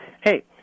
Hey